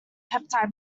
peptide